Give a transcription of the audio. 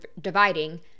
dividing